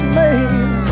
made